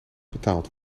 betaald